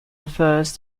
refers